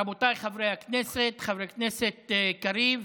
רבותיי חברי הכנסת, חבר הכנסת קריב,